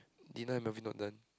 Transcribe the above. dinner and movie not done